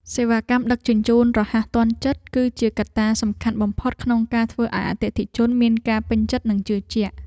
សេវាកម្មដឹកជញ្ជូនរហ័សទាន់ចិត្ត គឺជាកត្តាសំខាន់បំផុតក្នុងការធ្វើឱ្យអតិថិជនមានការពេញចិត្តនិងជឿជាក់។